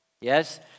yes